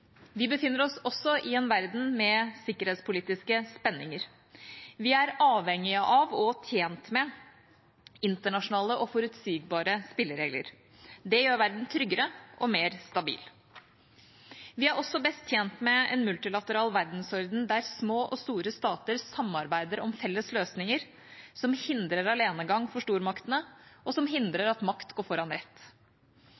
Vi befinner oss også i en verden med sikkerhetspolitiske spenninger. Vi er avhengige av og tjent med internasjonale og forutsigbare spilleregler. Det gjør verden tryggere og mer stabil. Vi er også best tjent med en multilateral verdensorden der små og store stater samarbeider om felles løsninger, som hindrer alenegang for stormaktene, og som